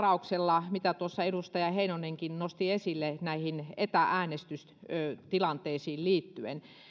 varauksella mitä edustaja heinonenkin nosti esille näihin etä äänestystilanteisiin liittyen